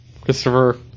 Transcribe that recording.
Christopher